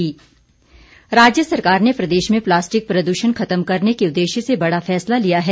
plastic कचरा राज्य सरकार ने प्रदेश में प्लास्टिक प्रदूषण खत्म करने के उद्देश्य से बड़ा फैसला लिया है